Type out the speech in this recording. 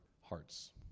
hearts